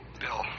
Bill